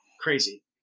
crazy